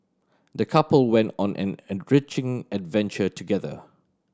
the couple went on an enriching adventure together